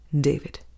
David